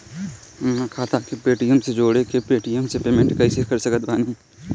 हमार खाता के पेटीएम से जोड़ के पेटीएम से पेमेंट कइसे कर सकत बानी?